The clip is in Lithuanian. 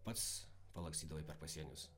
pats palakstydavai per pasienius